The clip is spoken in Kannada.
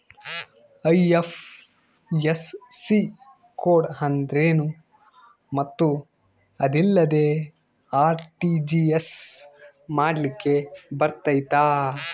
ಐ.ಎಫ್.ಎಸ್.ಸಿ ಕೋಡ್ ಅಂದ್ರೇನು ಮತ್ತು ಅದಿಲ್ಲದೆ ಆರ್.ಟಿ.ಜಿ.ಎಸ್ ಮಾಡ್ಲಿಕ್ಕೆ ಬರ್ತೈತಾ?